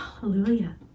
Hallelujah